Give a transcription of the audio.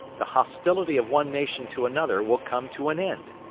the hostility of one nation to another will come to an end.